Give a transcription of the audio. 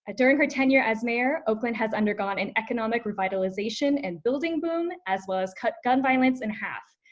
ah during her tenure as mayor, oakland has undergone an economic revitalization and building boom as well as cut gun violence in half.